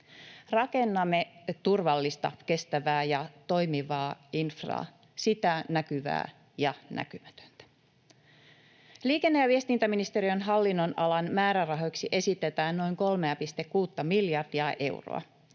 Rakennamme turvallista, kestävää ja toimivaa infraa, sitä näkyvää ja näkymätöntä. Liikenne- ja viestintäministeriön hallinnonalan määrärahoiksi esitetään noin 3,6 miljardia euroa.